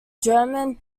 german